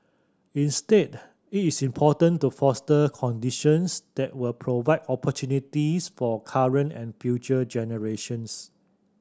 instead it is important to foster conditions that will provide opportunities for current and future generations